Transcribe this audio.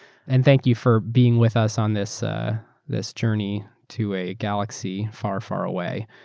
and thank you for being with us on this ah this journey to a galaxy far, far away.